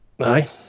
Aye